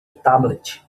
tablet